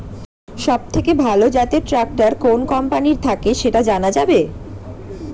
সবথেকে ভালো জাতের ট্রাক্টর কোন কোম্পানি থেকে সেটা জানা যাবে?